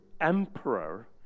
emperor